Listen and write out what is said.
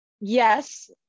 yes